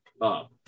up